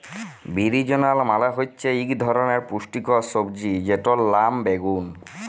বিরিনজাল মালে হচ্যে ইক ধরলের পুষ্টিকর সবজি যেটর লাম বাগ্যুন